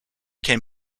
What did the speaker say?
can